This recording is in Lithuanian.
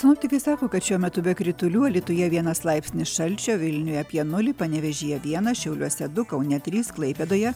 sinoptikai sako kad šiuo metu be kritulių alytuje vienas laipsnis šalčio vilniuje apie nulį panevėžyje vienas šiauliuose du kaune trys klaipėdoje